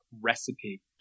recipe